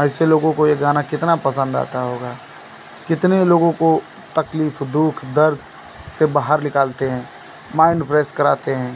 ऐसे लोगों को ये गाना कितना पसंद आता होगा कितने लोगों को तकलीफ़ दुःख दर्द से बाहर निकालते हैं माइंड फ्रेश कराते हैं